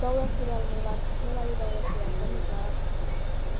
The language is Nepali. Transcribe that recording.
दौरा सुरुवाल नेवार नेवारी दौरा सुरुवाल पनि छ